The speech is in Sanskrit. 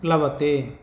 प्लवते